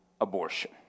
abortion